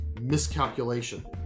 miscalculation